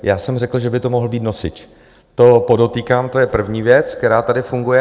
Já jsem řekl, že by to mohl být nosič, to podotýkám, to je první věc, která tady funguje.